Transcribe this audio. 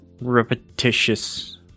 repetitious